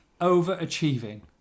overachieving